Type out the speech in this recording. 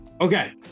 Okay